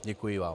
Děkuji vám.